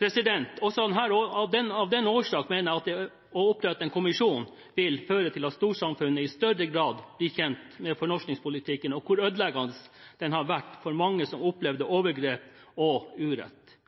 Av den årsak mener jeg at det å opprette en kommisjon vil føre til at storsamfunnet i større grad blir kjent med fornorskingspolitikken og hvor ødeleggende den har vært for mange som opplevde overgrep og urett.